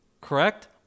correct